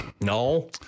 No